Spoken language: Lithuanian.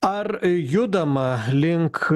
ar judama link